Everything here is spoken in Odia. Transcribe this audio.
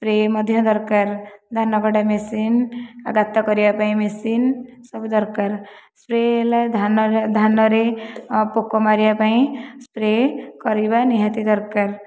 ସ୍ପ୍ରେ ମଧ୍ୟ ଦରକାର ଧାନ କାଟିବା ମେସିନ୍ ଗାତ କରିବା ପାଇଁ ମେସିନ୍ ସବୁ ଦରକାର ସ୍ପ୍ରେ ହେଲା ଧାନରେ ପୋକ ମାରିବା ପାଇଁ ସ୍ପ୍ରେ କରିବା ନିହାତି ଦରକାର